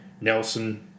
Nelson